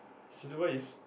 silver is